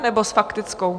Nebo s faktickou?